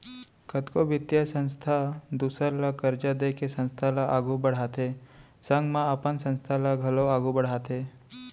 कतको बित्तीय संस्था दूसर ल करजा देके संस्था ल आघु बड़हाथे संग म अपन संस्था ल घलौ आघु बड़हाथे